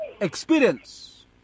experience